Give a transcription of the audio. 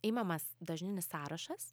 imamas dažninis sąrašas